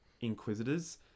Inquisitors